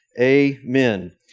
Amen